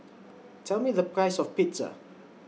Tell Me The Price of Pizza